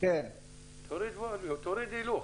תוריד הילוך.